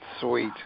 Sweet